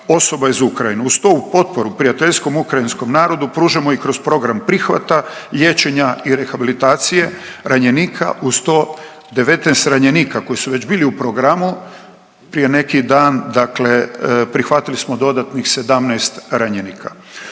Uz to u potporu prijateljskom ukrajinskom narodu pružamo i kroz program prihvata, liječenja i rehabilitacije ranjenika, uz to 19 ranjenika koji su već bili u programu, prije neki dan dakle prihvatili smo dodatnih 17 ranjenika.